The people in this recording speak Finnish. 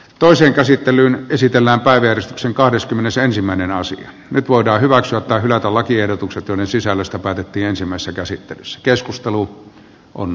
toisen käsittelyn käsitellään päivystyksen kahdeskymmenesensimmäinen osa nyt voidaan hyväksyä tai hylätä lakiehdotukset joiden sisällöstä päätettiin ensimmäisessä käsittelyssä keskustelu on